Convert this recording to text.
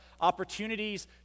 opportunities